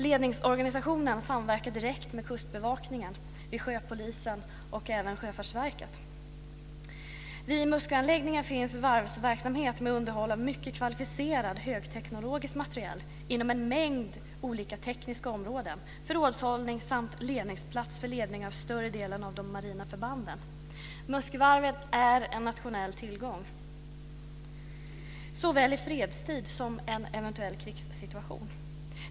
Ledningsorganisationen samverkar direkt med Kustbevakningen, sjöpolisen och även Sjöfartsverket. Vid Musköanläggningen finns varvsverksamhet med underhåll av mycket kvalificerad högteknologisk materiel inom en mängd olika tekniska områden, förrådshållning samt ledningsplats för ledning av större delen av de marina förbanden. Muskövarvet är en nationell tillgång såväl i fredstid som i en eventuell krigssituation.